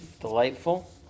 delightful